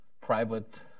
private